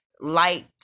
light